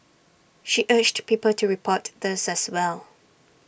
she urged people to report these as well